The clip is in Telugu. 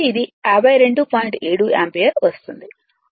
7 యాంపియర్ వస్తుంది